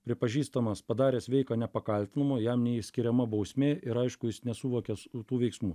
pripažįstamas padaręs veiką nepakaltinamu jam nei skiriama bausmė ir aišku jis nesuvokia tų veiksmų